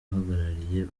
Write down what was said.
uhagarariye